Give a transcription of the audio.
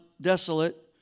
desolate